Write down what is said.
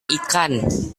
ikan